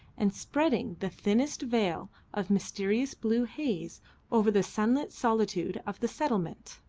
and spreading the thinnest veil of mysterious blue haze over the sunlit solitude of the settlement.